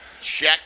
Check